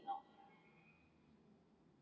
not